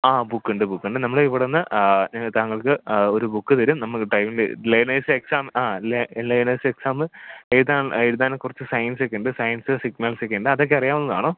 ആ ബുക്ക്ണ്ട് ബുക്ക്ണ്ട് നമ്മൾ ഇവിടെന്ന് താങ്കൾക്ക് ഒരു ബുക്ക് തരും നമ്മൾക്ക് ടൈം ലേണേഴ്സ് എക്സാം ആ ലേണേഴ്സ് എക്സാമ് എഴുതാൻ എഴുതാൻ കുറച്ച് സൈൻസൊക്കേണ്ട് സൈൻസ് സിഗ്നൽസൊക്കെണ്ട് അതൊക്കെ അറിയാവുന്നതാണോ